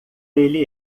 ele